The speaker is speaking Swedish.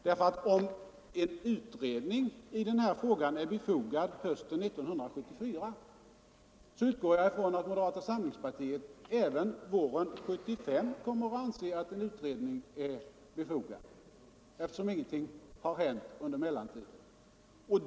Om nämligen moderata samlingspartiet hösten 1974 anser att en utredning av denna fråga är befogad utgår jag från att ni även våren 1975 kommer att anse detsamma — eftersom ingenting har hänt under mellantiden.